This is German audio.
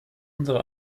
unsere